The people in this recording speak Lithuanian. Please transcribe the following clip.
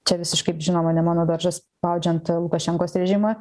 čia visiškai žinoma ne mano daržas spaudžiant lukašenkos režimą